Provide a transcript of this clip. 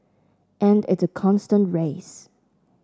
and it's a constant race